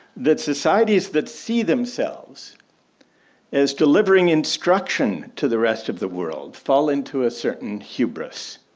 that societies that see themselves as delivering instruction to the rest of the world fall into a certain hubris.